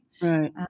Right